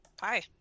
Hi